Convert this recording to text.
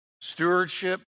stewardship